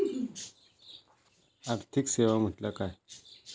आर्थिक सेवा म्हटल्या काय?